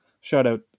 shout-out